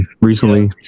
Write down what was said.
recently